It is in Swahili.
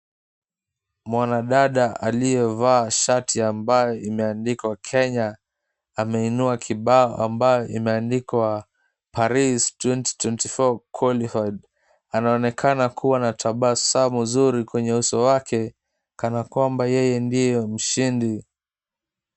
Mwanadada aliyevaa shati iliyoandikwa Kenya ameinua kibao ambayo imeandikwa, Paris 2024 Qualified. Anaonekana kuwa na tabasamu zuri kwenye uso wake kana kwamba yeye ndiye mashindi.